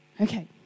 Okay